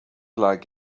like